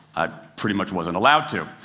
i pretty much wasn't allowed to.